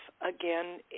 again